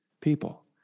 people